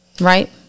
right